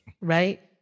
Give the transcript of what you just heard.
right